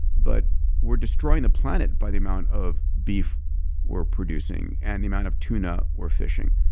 but we're destroying the planet by the amount of beef we're producing and the amount of tuna we're fishing.